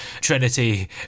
Trinity